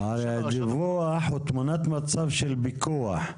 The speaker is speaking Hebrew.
--- הדיווח הוא תמונת מצב של פיקוח.